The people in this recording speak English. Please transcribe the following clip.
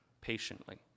patiently